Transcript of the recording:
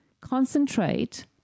Concentrate